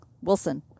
Wilson